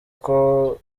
koko